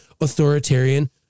authoritarian